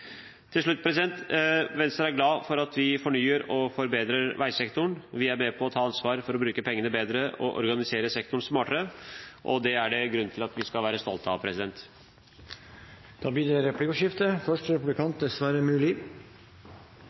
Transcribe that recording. Til slutt: Venstre er glad for at vi fornyer og forbedrer veisektoren. Vi er med på å ta ansvar for å bruke pengene bedre og organisere sektoren smartere. Det er det grunn til å være stolt av. Det blir replikkordskifte. Vi hører Høyres og Fremskrittspartiets talere snakke om hvor mye ny motorveg som nå skal bygges – endelig skal det